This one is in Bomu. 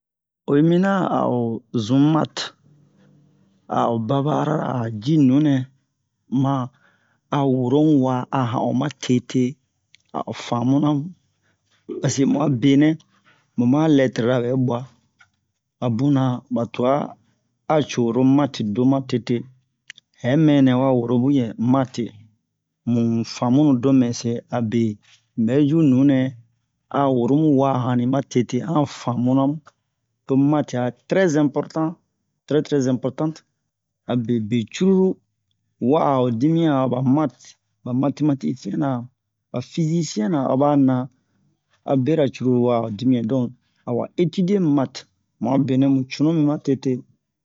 oyi miniyan a o zun mate a o baba-arara a o ji nunɛ ma woro mu wa a han o matete a o fanmuna mu paseke mu a benɛ mu ma han lɛtre-ra ɓɛ bwa a bunna ɓa twa a co-ro mate do matete hɛ mɛ wa woro muyɛ mu fanmunu do mɛ se abe un ɓɛ jo nunɛ a woro mu wa a hanni matete an fanmuna mu to mate a trɛ ɛnpɔrtan trɛ trɛ ɛnpɔrtante abe be curulu wa'a ho dimiyan ho ɓa mate ɓa matematisiyɛn-na ɓa fizisiyɛn-na hoɓa na a bera curulu wa'a ho dimiyan awa etidiye mate mu a benɛ mu cunumi matete